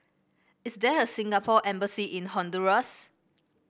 is there a Singapore Embassy in Honduras